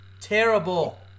terrible